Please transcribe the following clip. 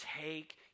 take